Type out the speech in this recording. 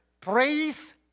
praise